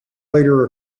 later